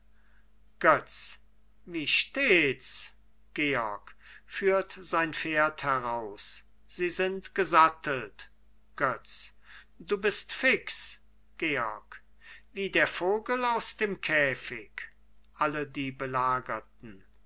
heraus sie sind gesattelt götz du bist fix georg wie der vogel aus dem käfig